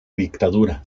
dictadura